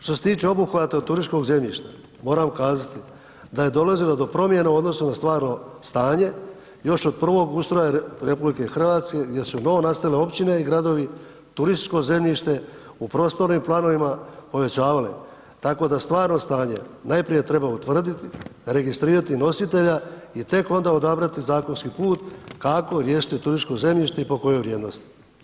Što se tiče obuhvata turističkog zemljišta moram kazati da je dolazilo do promjena u odnosu na stvarno stanje još od prvog ustroja RH gdje će novonastale općine i gradovi turističko zemljište u prostornim planovima povećavale tako da stvarno stanje najprije treba utvrditi, registrirati nositelja i tek onda odabrati zakonski put kako riješiti turističko zemljište i po kojoj vrijednosti.